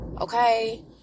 Okay